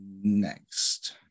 next